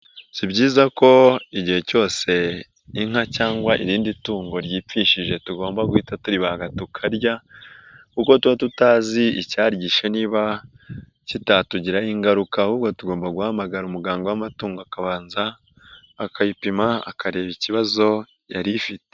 Si byiza ko igihe cyose inka cyangwa irindi tungo ryipfishije tugomba guhita turibanga tukarya kuko tuba tutazi icyariryishe niba kitatugiraho ingaruka ahubwo tugomba guhamagara umuganga w'amatungo akabanza akayipima akareba ikibazo yari ifite.